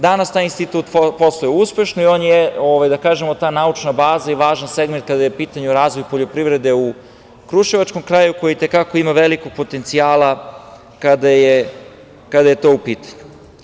Danas taj Institut posluje uspešno, i on je, da kažemo naučna baza i važan segment kada je u pitanju razvoj poljoprivrede u Kruševačkom kraju, koji i te kako ima velikog potencijala kada je to u pitanju.